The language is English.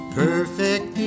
perfect